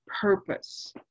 purpose